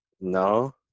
no